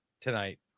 tonight